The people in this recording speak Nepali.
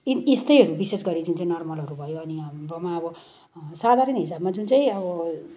यी यस्तैहरू विशेष गरी जुन चाहिँ नर्मलहरू भयो अनि हाम्रोमा अब साधारण हिसाबमा जुन चाहिँ अब